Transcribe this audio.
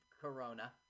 corona